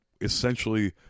Essentially